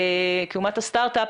כאומת הסטרטאפ,